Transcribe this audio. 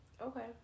okay